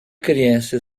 criança